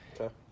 Okay